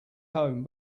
home